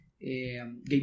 game